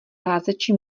házeči